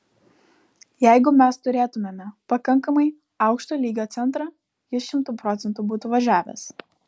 jeigu mes turėtumėme pakankamai aukšto lygio centrą jis šimtu procentų būtų važiavęs